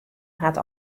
hat